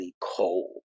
cold